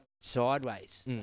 sideways